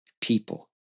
people